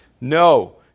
No